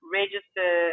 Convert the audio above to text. register